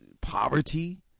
poverty